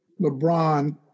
LeBron